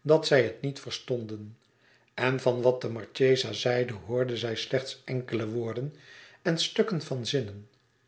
dat zij het niet verstonden en van wat de marchesa zeide hoorden zij slechts enkele woorden en stukken van